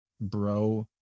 bro